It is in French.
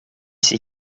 ces